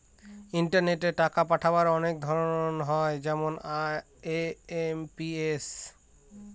ইন্টারনেটে টাকা পাঠাবার অনেক ধরন হয় যেমন আই.এম.পি.এস